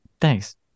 Thanks